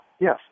Yes